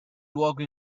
luogo